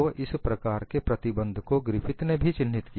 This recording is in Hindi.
तो इस प्रकार के प्रतिबंध को ग्रिफिथ ने भी चिन्हित किया